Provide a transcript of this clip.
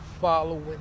following